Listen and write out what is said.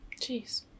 Jeez